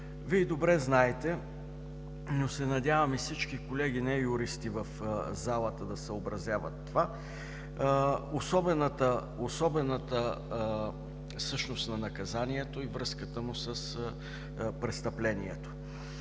Вие добре знаете, но се надявам и всички колеги не-юристи в залата да съобразяват това, особената същност на наказанието и връзката му с престъплението.